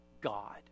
God